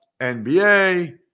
NBA